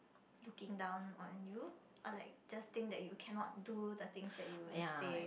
looking down on you or like just think that you cannot do the things that you'll say